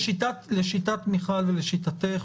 לשיטת מיכל ולשיטתך,